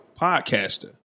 podcaster